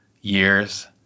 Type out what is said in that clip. years